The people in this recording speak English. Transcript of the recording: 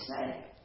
say